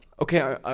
Okay